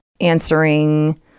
answering